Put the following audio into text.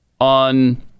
on